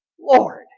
Lord